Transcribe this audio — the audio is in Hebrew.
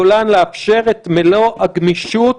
גולן, אמרתי לאפשר את מלוא הגמישות